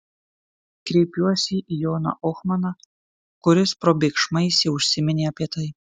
kreipiuosi į joną ohmaną kuris probėgšmais jau užsiminė apie tai